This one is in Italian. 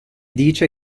dice